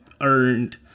earned